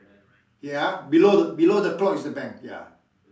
ya below below the clock is the bank ya